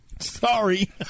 Sorry